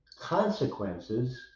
Consequences